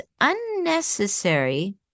unnecessary